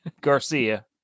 Garcia